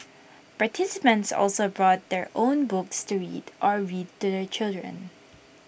participants also brought their own books to read or read to their children